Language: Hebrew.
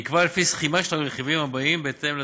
נקבע לפי סכמה של הרכיבים הבאים בהתאם לתרשים,